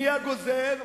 מי הגוזר?